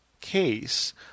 case